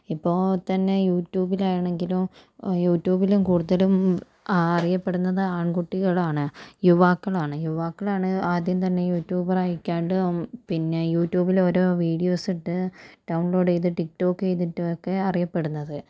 ഇപ്പോൾ തന്നെ യൂട്യൂബിലാണെങ്കിലും യുട്യൂബിലും കൂടുതലും അറിയപ്പെടുന്നത് ആൺകുട്ടികളാണ് യുവാക്കളാണ് യുവാക്കളാണ് ആദ്യം തന്നെ യുട്യൂബറായിട്ടും പിന്നെ യുട്യൂബിലോരോ വീഡിയോസിട്ട് ഡൗൺലോഡ് ചെയ്ത് റ്റിക്റ്റോക്ക് ചെയ്തിട്ടൊക്കെ അറിയപ്പെടുന്നത്